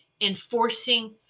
enforcing